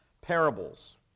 parables